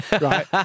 Right